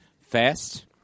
fast